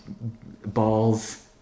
balls